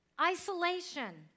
isolation